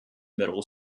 middle